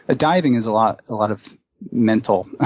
ah diving is a lot lot of mental